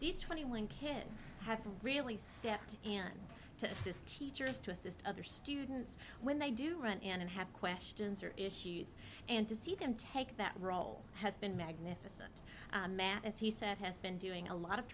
these twenty one kids have really stepped in to assist teachers to assist other students when they do run and have questions or issues and to see them take that role has been magnificent matt as he said has been doing a lot of